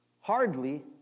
Hardly